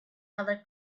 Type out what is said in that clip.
other